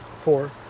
four